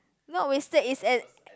not wasted is at